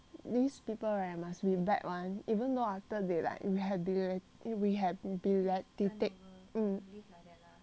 these people right must be bad [one] even though after they like rehabi~ rehabilitated